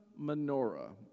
menorah